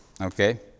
Okay